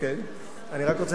אוקיי, אני רק רוצה